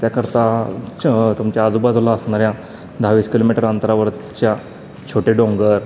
त्याकरता च तुमच्या आजूबाजूला असणाऱ्या दहा वीस किलोमीटर अंतरावरच्या छोटे डोंगर